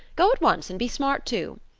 go at once and be smart too.